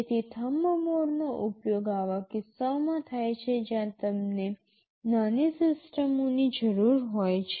તેથી થમ્બ મોડનો ઉપયોગ આવા કિસ્સાઓ માટે થાય છે જ્યાં તમને નાની સિસ્ટમોની જરૂર હોય છે